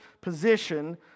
position